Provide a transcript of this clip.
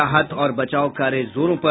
राहत और बचाव कार्य जोरों पर